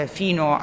fino